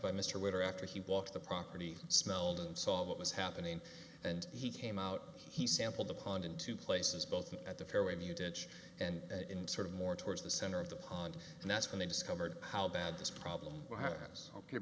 by mr winter after he walked the property smelled and saw what was happening and he came out he sampled the pond in two places both at the fairway viewed it and sort of more towards the center of the pond and that's when they discovered how bad this problem